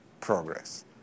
progress